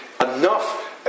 enough